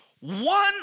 One